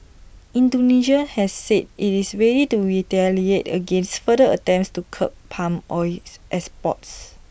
Indonesia has said IT is ready to retaliate against further attempts to curb palm oil exports